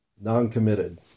non-committed